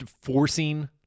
forcing